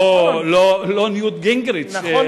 לא ניוט גינגריץ',